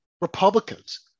Republicans